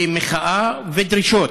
במחאה, ודרישות,